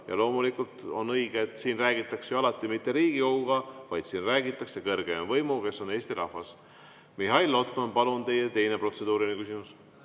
Loomulikult on õige, et siin ei räägita ju alati mitte Riigikoguga, vaid siin räägitakse kõrgeima võimuga, Eesti rahvaga. Mihhail Lotman, palun, teie teine protseduuriline küsimus!